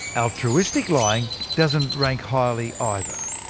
altruistic lying doesn't rank highly, either.